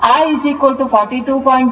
ಆದ್ದರಿಂದ ವಿದ್ಯುತ್ ಅಂಶ 36